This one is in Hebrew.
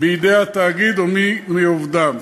בידי התאגיד או מי מעובדיו.